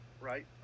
right